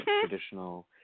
traditional